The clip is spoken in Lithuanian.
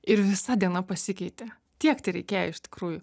ir visa diena pasikeitė tiek tereikėjo iš tikrųjų